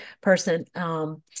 person